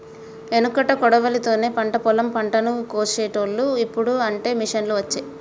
ఎనుకట కొడవలి తోనే పంట పొలం పంటను కోశేటోళ్లు, ఇప్పుడు అంటే మిషిండ్లు వచ్చే